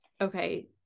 okay